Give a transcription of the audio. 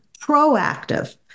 proactive